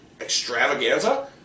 extravaganza